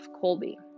Colby